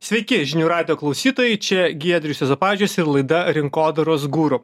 sveiki žinių radijo klausytojai čia giedrius juozapavičius ir laida rinkodaros guru